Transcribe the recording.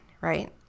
right